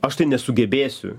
aš tai nesugebėsiu